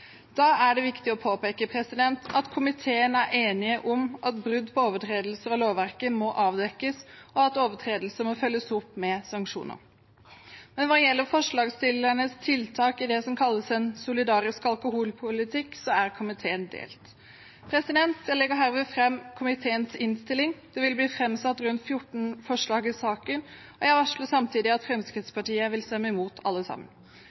Da er det viktig å påpeke at komiteen er enig om at brudd på overtredelser av lovverket må avdekkes, og at overtredelse må følges opp med sanksjoner. Men hva gjelder forslagsstillernes tiltak for det som kalles en solidarisk alkoholpolitikk, er komiteen delt. Jeg anbefaler herved komiteens innstilling. Det vil bli framsatt rundt 14 forslag i saken, og jeg varsler at Fremskrittspartiet vil stemme imot alle sammen.